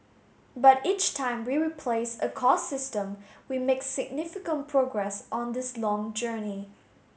but each time we replace a core system we make significant progress on this long journey